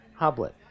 Hoblet